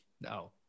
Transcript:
No